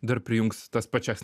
dar prijungs tas pačias